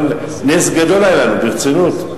נס גדול היה לנו, ברצינות.